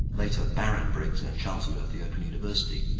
later baron briggs and chancellor of the open university,